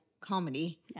comedy